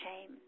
shame